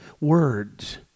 words